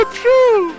true